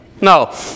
No